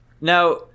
Now